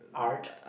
art